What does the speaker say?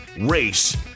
race